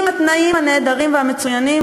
עם התנאים הנהדרים והמצוינים?